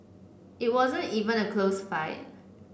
it wasn't even a close fight